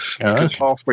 halfway